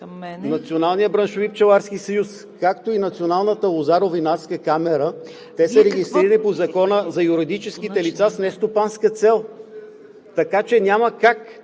Националният браншови пчеларски съюз, както и Националната лозаро-винарска камара, те са регистрирани по Закона за юридическите лица с нестопанска цел, така че няма как